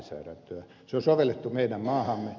se on sovellettu meidän maahamme